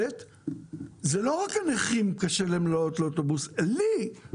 לא רק לנכים קשה לעלות לאוטובוס, גם לי.